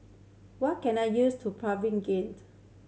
what can I used to Pregained